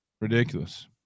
Ridiculous